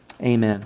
amen